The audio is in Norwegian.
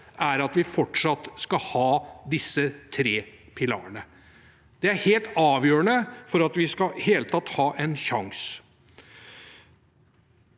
er at vi fortsatt skal ha disse tre pilarene. Det er helt avgjørende for at vi i det hele tatt skal ha en sjanse.